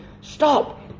Stop